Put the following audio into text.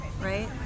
right